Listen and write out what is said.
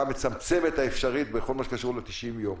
המצמצמת האפשרית בכל מה שקשור ל-90 יום.